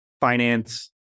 finance